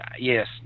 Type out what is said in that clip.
yes